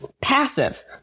passive